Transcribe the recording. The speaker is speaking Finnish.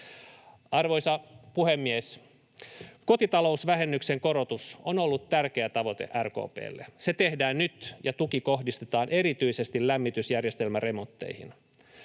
Arvoisa puhemies! Kotitalousvähennyksen korotus on ollut tärkeä tavoite RKP:lle. Se tehdään nyt, ja tuki kohdistetaan erityisesti lämmitysjärjestelmäremontteihin.